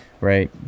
right